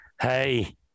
hey